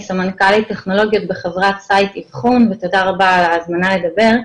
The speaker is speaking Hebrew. אני סמנכ"לית טכנולוגיה בחברת 'סייט אבחון' ותודה רבה על ההזמנה לדבר.